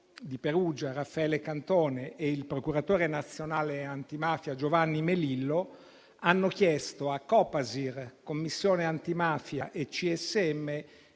di Perugia Raffaele Cantone e il procuratore nazionale antimafia Giovanni Melillo hanno chiesto a Copasir, Commissione antimafia e